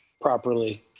properly